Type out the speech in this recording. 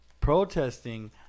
Protesting